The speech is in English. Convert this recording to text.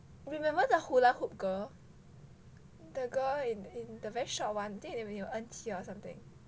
remember the hula hoop girl the girl in in the very short one think you were with en qi or something